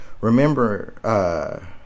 Remember